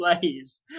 plays